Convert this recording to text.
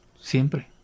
Siempre